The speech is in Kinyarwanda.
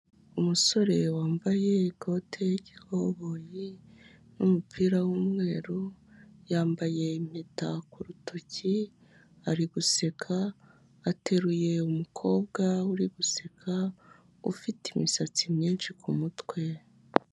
Umusore wambaye ikote ry'ikoboyi n'umupira w'umweru, yambaye impeta ku rutoki, ari guseka, ateruye umukobwa uri guseka, ufite imisatsi myinshi ku mutwe.